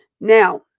Now